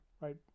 right